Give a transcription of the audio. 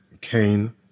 Kane